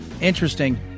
Interesting